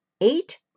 eight